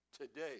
today